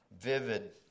vivid